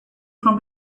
from